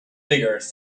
figures